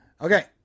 okay